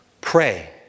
Pray